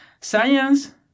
Science